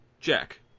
Jack